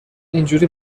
اینجوری